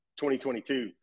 2022